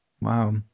Wow